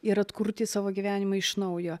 ir atkurti savo gyvenimą iš naujo